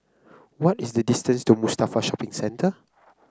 what is the distance to Mustafa Shopping Centre